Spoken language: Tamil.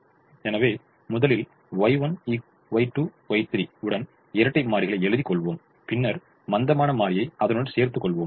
எனவே முதலில் Y1Y2Y3 உடன் இரட்டை மாறிகளை எழுதி கொள்வோம் பின்னர் மந்தமான மாறியைச் அதனுடன் சேர்த்து கொள்வோம்